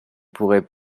pourrai